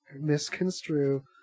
misconstrue